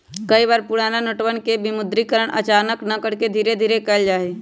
कई बार पुराना नोटवन के विमुद्रीकरण अचानक न करके धीरे धीरे कइल जाहई